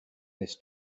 this